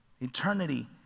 Eternity